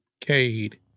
Cade